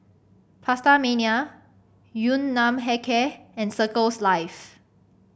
PastaMania Yun Nam Hair Care and Circles Life